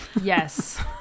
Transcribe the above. yes